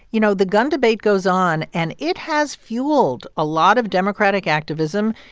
you know, the gun debate goes on, and it has fueled a lot of democratic activism.